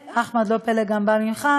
ואחמד, לא פלא שזה גם בא ממך,